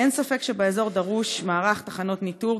אין ספק שבאזור דרוש מערך תחנות ניטור,